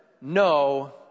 no